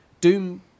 Doom